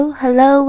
hello